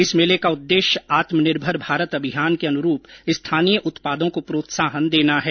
इस मेले का उद्देश्य आत्मनिर्भर भारत अभियान के अनुरूप स्थानीय उत्पादों को प्रोत्साहन देना है